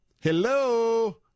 Hello